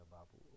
Babu